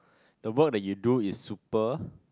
the work that you do is super